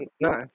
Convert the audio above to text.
no